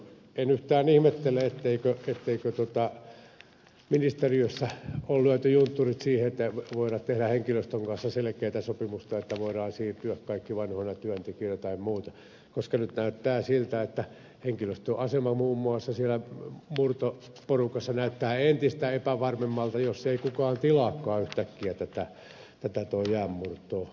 en yhtään ihmettele etteikö ministeriössä ole lyöty juntturit siihen ettei voida tehdä henkilöstön kanssa selkeää sopimusta että kaikki voivat siirtyä vanhoina työntekijöinä tai muuta koska nyt näyttää siltä että henkilöstön asema muun muassa siellä murtoporukassa näyttää entistä epävarmemmalta jos ei kukaan tilaakaan yhtäkkiä tätä jäänmurtoa